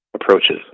approaches